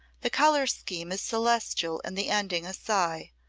the color scheme is celestial and the ending a sigh,